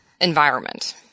environment